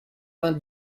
vingt